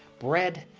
bread,